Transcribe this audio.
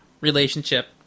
relationship